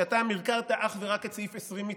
אתה מרקרת אך ורק את סעיף 20 מתוכו,